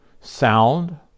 sound